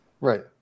right